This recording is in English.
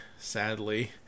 sadly